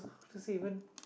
how does he even